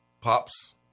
Pops